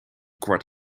kwart